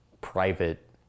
private